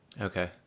Okay